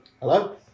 Hello